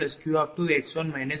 எனவே A1P2r1Q2x1 0